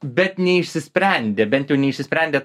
bet neišsisprendė bent jau neišsisprendė